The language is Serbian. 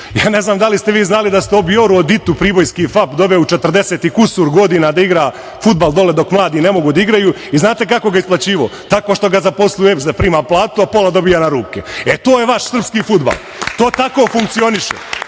Ne znam da li ste vi znali da ste Obioru Oditu pribojski FAP doveo u 40 i kusur godina da igra fudbal dole dok mladi ne mogu da igraju i znate kako ga je isplaćivao? Tako što ga je zaposlio u EPS da prima platu, a pola dobija na ruke. To je vaš srpski fudbal. To tako funkcioniše.